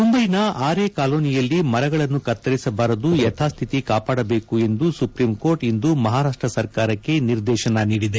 ಮುಂಬೈನ ಆರೇ ಕಾಲೋನಿಯಲ್ಲಿ ಮರಗಳನ್ನು ಕತ್ತರಿಸಬಾರದು ಯಥಾಸ್ಥಿತಿ ಕಾಪಾದಬೇಕು ಎಂದು ಸುಪ್ರೀಂ ಕೋರ್ಟ್ ಇಂದು ಮಹಾರಾಷ್ಟ ಸರ್ಕಾರಕ್ಕೆ ನಿರ್ದೇಶನ ನೀಡಿದೆ